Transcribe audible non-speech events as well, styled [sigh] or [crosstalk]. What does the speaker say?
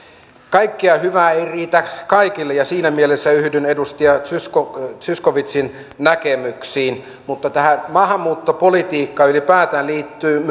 kaikkea hyvää ei riitä kaikille ja siinä mielessä yhdyn edustaja zyskowiczin näkemyksiin mutta tähän maahanmuuttopolitiikkaan ylipäätään liittyy [unintelligible]